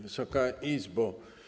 Wysoka Izbo!